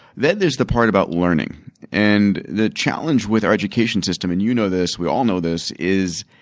then there is the part about learning and the challenge with our education system and you know this. we all know this is,